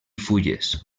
fulles